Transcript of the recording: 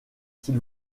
s’il